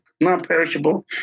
non-perishable